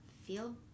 feel